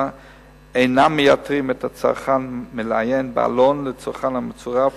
אינם מייתרים את הצורך של הצרכן לעיין בעלון לצרכן המצורף